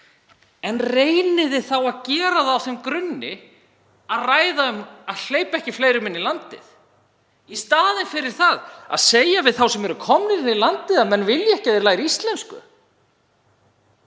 Reynið þá að gera það á þeim grunni að ræða um að hleypa ekki fleirum inn í landið í staðinn fyrir að segja við þá sem komnir eru inn í landið að þið viljið ekki að þeir læri íslensku.